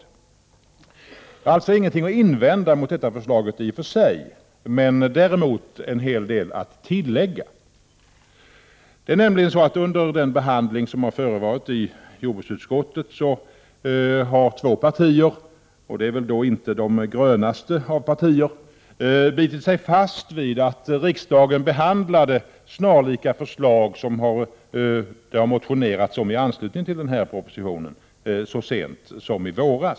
Jag har alltså ingenting att invända mot förslaget i sig, men däremot en hel del att tillägga. Under den behandling som förevarit i jordbruksutskottet har nämligen två partier — och det är inte de grönaste av partier — bitit sig fast vid att riksdagen så sent som i våras behandlade förslag, snarlika dem som finns i motioner som väckts i anslutning till propositionen.